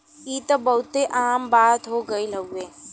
ई त बहुते आम बात हो गइल हउवे